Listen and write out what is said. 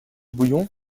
bouillon